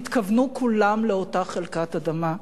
התכוונו כולם לאותה חלקת אדמה.